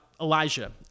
Elijah